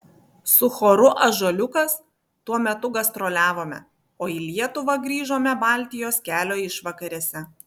su choru ąžuoliukas tuo metu gastroliavome o į lietuvą grįžome baltijos kelio išvakarėse